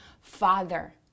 father